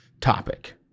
topic